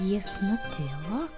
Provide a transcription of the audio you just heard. jis nutilo